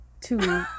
two